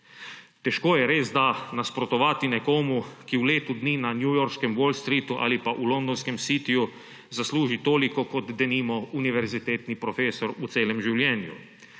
Težko je resda nasprotovati nekomu, ki v letu dni na newyorškem Wall Streetu ali pa londonskem Cityju zasluži toliko kot denimo univerzitetni profesor v celem življenju.